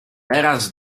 teraz